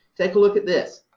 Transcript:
take a look at this.